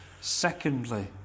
secondly